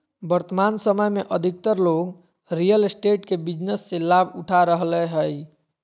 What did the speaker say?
वर्तमान समय में अधिकतर लोग रियल एस्टेट के बिजनेस से लाभ उठा रहलय हइ